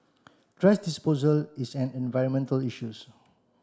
thrash disposal is an environmental issues